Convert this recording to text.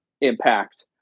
impact